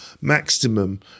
maximum